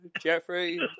Jeffrey